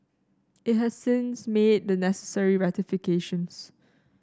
it has since made the necessary rectifications